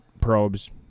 probes